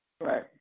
Right